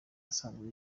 asanzwe